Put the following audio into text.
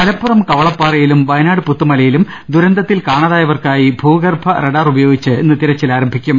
മലപ്പുറം കവളപ്പാറയിലും വയനാട് പുത്തുമലയിലും ദുര ന്തത്തിൽ കാണാതായവർക്കായി ഭൂഗർഭ റഡാർ ഉപയോഗിച്ച് ഇന്ന് തിരച്ചിൽ ആരംഭിക്കും